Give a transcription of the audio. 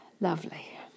Lovely